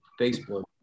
Facebook